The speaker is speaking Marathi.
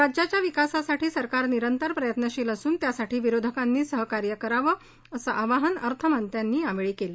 राज्याच्या विकासासाठी सरकार निरंतर प्रयत्न करत असून त्यासाठी विरोधकांनी सहकार्य करावं असं आवाहन अर्थमंत्र्यांनी यावेळी केलं